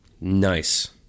Nice